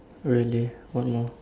really one more